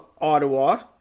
Ottawa